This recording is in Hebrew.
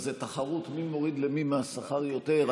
מה, זו תחרות מי מוריד למי מהשכר יותר?